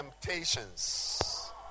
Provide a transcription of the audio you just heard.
temptations